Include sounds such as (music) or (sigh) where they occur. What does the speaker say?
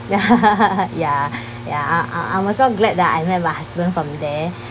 ya (noise) ya ya I I was so glad that I met my husband from there